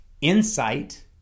insight